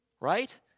right